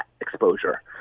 exposure